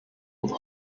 with